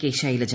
K Shailaja